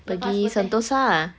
pergi sentosa ah